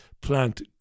plant